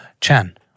Chan